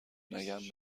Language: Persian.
نگم